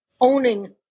owning